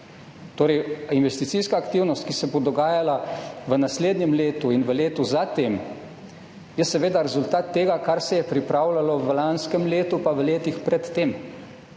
Torej, investicijska aktivnost, ki se bo dogajala v naslednjem letu in v letu za tem, je seveda rezultat tega, kar se je pripravljalo v lanskem letu pa v letih pred tem.